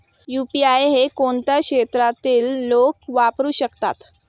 UPI हे कोणत्या क्षेत्रातील लोक वापरू शकतात?